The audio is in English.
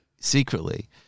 secretly